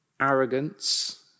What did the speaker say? Arrogance